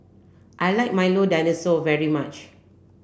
I like Milo Dinosaur very much